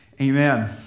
Amen